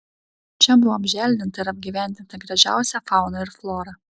čia buvo apželdinta ir apgyvendinta gražiausia fauna ir flora